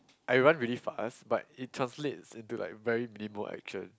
I run really fast but it translates into like very minimal action